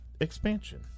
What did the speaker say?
expansion